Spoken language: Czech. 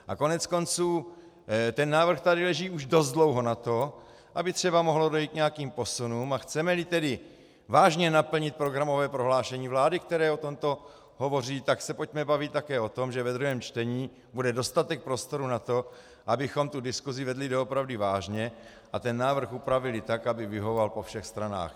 A koneckonců ten návrh tady leží už dost dlouho na to, aby třeba mohlo dojít k nějakým posunům, a chcemeli tedy vážně naplnit programové prohlášení vlády, které o tomto hovoří, tak se pojďme bavit také o tom, že ve druhém čtení bude dostatek prostoru na to, abychom diskusi vedli doopravdy vážně a návrh upravili tak, aby vyhovoval po všech stranách.